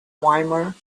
weimar